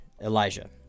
Elijah